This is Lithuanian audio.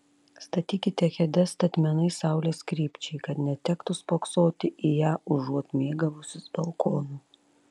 statykite kėdes statmenai saulės krypčiai kad netektų spoksoti į ją užuot mėgavusis balkonu